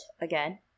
again